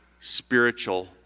spiritual